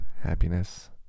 happiness